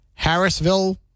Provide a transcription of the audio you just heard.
Harrisville